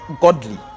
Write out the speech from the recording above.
godly